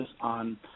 on